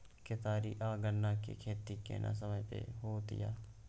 केतारी आ गन्ना के खेती केना समय में होयत या?